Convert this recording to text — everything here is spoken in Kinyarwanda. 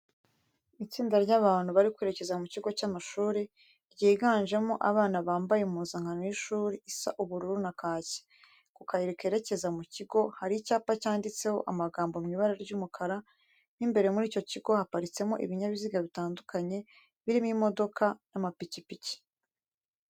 Itsinda ry'abantu bari kwerekeza mu kigo cy'amashuri, ryiganjemo abana bambaye impuzankano y'ishuri isa ubururu na kake. Ku kayira kerekeza mu kigo hari icyapa cyanditseho amagambo mu ibara ry'umukara. Mo imbere muri icyo kigo haparitsemo ibinyabiziga bitandukanye birimo imodoka n'amapikipiki.